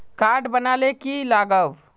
Card बना ले की लगाव?